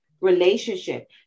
relationship